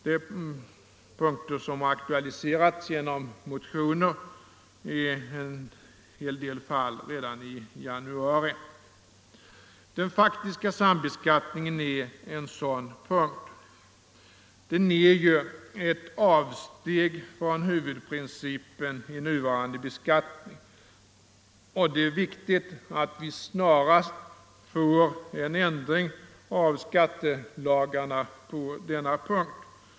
Dessa frågor har i flera fall aktualiserats genom motioner redan under januari. Frågan om den faktiska sambeskattningen hör hit. Den är ju ett avsteg från huvudprincipen i de nuvarande beskattningslagarna, och det är viktigt att vi snarast får en ändring på denna punkt.